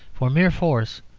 for mere force,